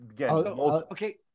okay